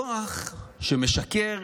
הכוח שמשכר